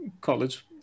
college